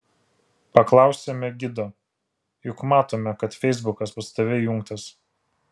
paklausėme gido juk matome kad feisbukas pas tave įjungtas